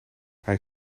hij